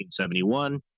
1971